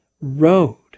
road